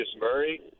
Murray